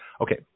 Okay